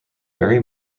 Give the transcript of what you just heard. barry